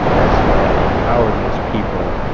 as a powerless people,